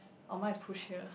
oh my is push here